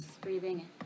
breathing